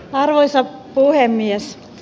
arvoisa puhemies